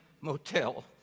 Motel